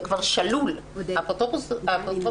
האפוטרופסות נשללה.